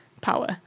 power